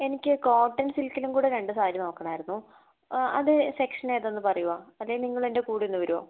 എനിക്ക് കോട്ടൺ സിൽക്കിലും കൂടെ രണ്ട് സാരി നോക്കണമായിരുന്നു അത് സെക്ഷൻ ഏതാണെന്ന് പറയുവോ അല്ലെങ്കിൽ നിങ്ങളെൻ്റെ കൂടെ ഒന്ന് വരുവോ